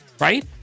right